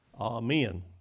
Amen